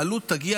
העלות תגיע,